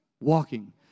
walking